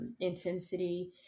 intensity